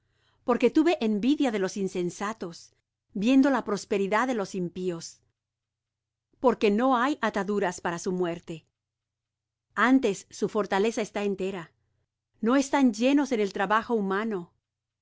porque tuve envidia de los insensatos viendo la prosperidad de los impíos porque no hay ataduras para su muerte antes su fortaleza está entera no están ellos en el trabajo humano